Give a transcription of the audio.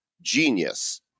genius